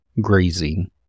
grazing